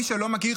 מי שלא מכיר,